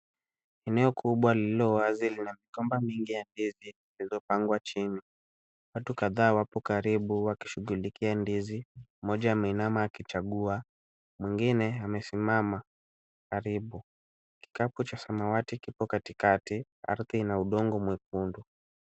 Eneo kubwa lililo wazi lina migomba mingi ya ndizi zilizopangwa chini. Watu kadhaa wapo karibu wakishughulikia ndizi. Mmoja ameinama akichagua, mwingine amesimama karibu. Kikapu cha samawati kipo katikati, ardhi ina udongo mwekundu.